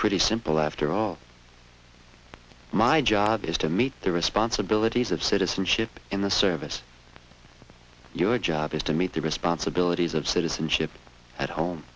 pretty simple after all my job is to meet the responsibilities of citizenship in the service your job is to meet the responsibilities of citizenship at home